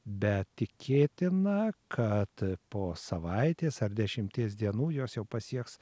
bet tikėtina kad po savaitės ar dešimties dienų jos jau pasieks